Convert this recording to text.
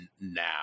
now